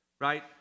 right